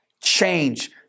change